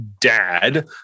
dad